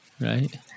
right